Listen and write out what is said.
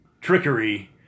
trickery